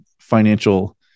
financial